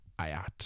Ayat